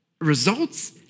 results